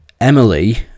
Emily